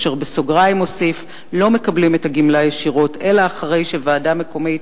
ובסוגריים אוסיף: אשר לא מקבלים את הגמלה ישירות אלא אחרי שוועדה מקומית